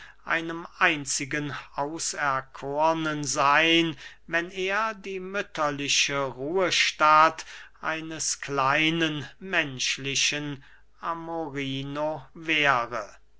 einem einzigen auserkohrnen seyn wenn er die mütterliche ruhestatt eines kleinen menschlichen amorino wäre